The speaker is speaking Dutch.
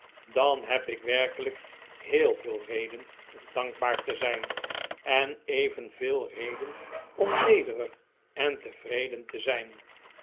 dan heb ik werkelijk heel veel reden om dankbaar te zijn en evenveel reden om nederig en tevreden te zijn